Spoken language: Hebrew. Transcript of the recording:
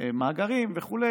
מאגרים וכו'.